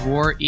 War